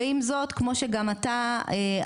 ועם זאת כמו שגם אתה אמרת,